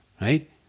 right